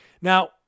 Now